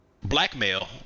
blackmail